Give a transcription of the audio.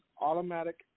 automatic